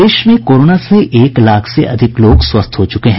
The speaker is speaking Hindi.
प्रदेश में कोरोना से एक लाख से अधिक लोग स्वस्थ हो चुके हैं